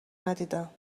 ندیدم